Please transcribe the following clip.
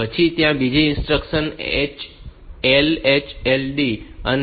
પછી ત્યાં બીજી ઇન્સ્ટ્રક્શન LHLD છે